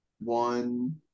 One